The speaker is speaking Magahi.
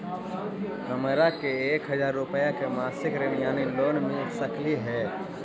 हमरा के एक हजार रुपया के मासिक ऋण यानी लोन मिल सकली हे?